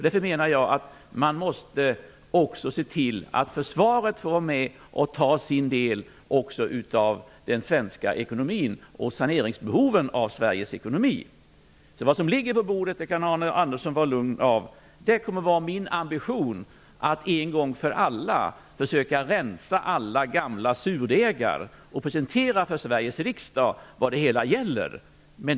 Därför menar jag att man också måste se till att försvaret får vara med och ta sin del av saneringen av Sveriges ekonomi. Arne Andersson kan vara lugn. Det kommer att vara min ambition att en gång för alla försöka rensa ut alla gamla surdegar och presentera för Sveriges riksdag vad det hela gäller.